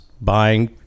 buying